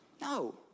no